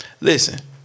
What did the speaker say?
Listen